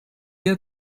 had